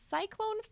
cyclone